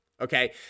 Okay